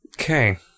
Okay